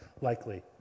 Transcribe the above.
likely